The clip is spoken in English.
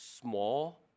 small